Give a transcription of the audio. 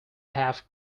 half